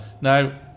now